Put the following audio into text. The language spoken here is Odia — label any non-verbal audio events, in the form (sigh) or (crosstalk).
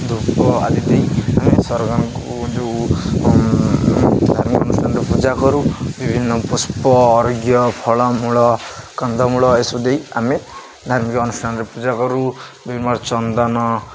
ଧୂପ ଆଦି ଦେଇ ଆମେ ସରକାରଙ୍କୁ ଯେଉଁ ଧାର୍ମିକ ଅନୁଷ୍ଠାନରେ ପୂଜା କରୁ ବିଭିନ୍ନ ପୁଷ୍ପ ଅର୍ଘ୍ୟ ଫଳମୂଳ କନ୍ଧମୂଳ ଏସବୁ ଦେଇ ଆମେ ଧାର୍ମିକ ଅନୁଷ୍ଠାନରେ ପୂଜା କରୁ (unintelligible) ଚନ୍ଦନ